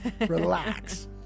Relax